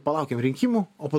palaukim rinkimų o po